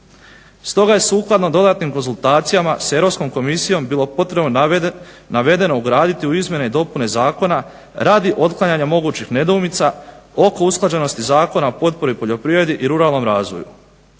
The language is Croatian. Stoga je sukladno dodatnim konzultacijama s Europskom komisijom bilo potrebno navedeno ugraditi u izmjene i dopune zakona, radi otklanjanja određenih nedoumica oko usklađenosti Zakona potpori poljoprivredi i ruralnom razvoju